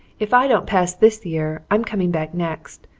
if i don't pass this year i'm coming back next.